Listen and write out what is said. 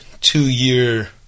two-year